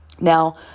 Now